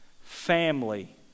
family